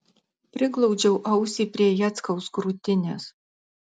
priglaudžiau ausį prie jackaus krūtinės